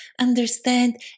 understand